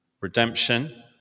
redemption